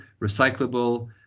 recyclable